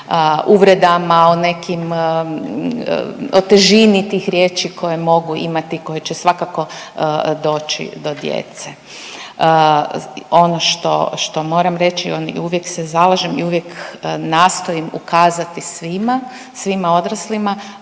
uvredama, o nekim o težini tih riječi koje mogu imati koje će svakako doći do djece. Ono što, što moram reći i uvijek se zalažem i uvijek nastojim ukazati svima, svima odraslima